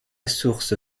source